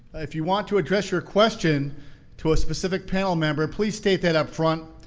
if you want to address your question to a specific panel member, please state that up front.